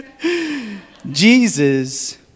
Jesus